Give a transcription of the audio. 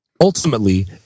ultimately